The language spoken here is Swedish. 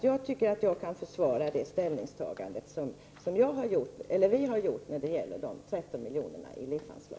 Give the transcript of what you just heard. Jag tycker att jag kan försvara vårt ställningstagande när det gäller de 13 miljonerna i LIF-anslag.